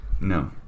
no